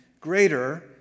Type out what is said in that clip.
greater